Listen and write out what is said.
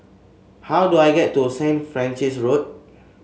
how do I get to St Francis Road